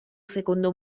secondo